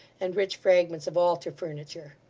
and rich fragments of altar furniture.